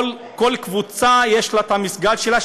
כל קבוצה יש לה את בית-הכנסת שלה,